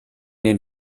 den